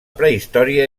prehistòria